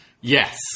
Yes